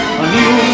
anew